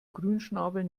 grünschnabel